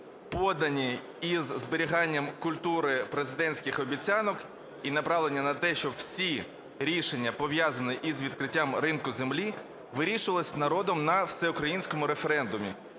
подані із зберіганням культури президентських обіцянок і направлення на те, щоб всі рішення, пов'язані із відкриттям ринку землі, вирішувалися народом на всеукраїнському референдумі.